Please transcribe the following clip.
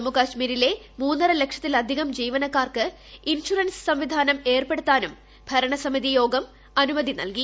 ജമ്മുകാശ്മീരിലെ മൂന്നരലക്ഷത്തിലധികം ജീവനക്കാർക്ക് ഇൻഷുറൻസ് സംവിധാനം ഏർപ്പെടുത്താനും ഭരണസമിതി യോഗം അനുമതി നൽകി